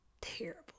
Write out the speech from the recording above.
terrible